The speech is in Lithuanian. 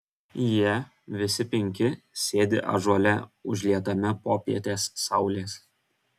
jie visi penki sėdi ąžuole užlietame popietės saulės